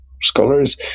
scholars